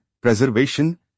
preservation